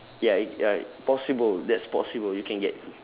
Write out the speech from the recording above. ya i~ like possible that's possible you can get